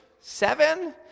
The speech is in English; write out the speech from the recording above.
Seven